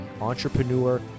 entrepreneur